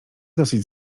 dosyć